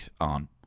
on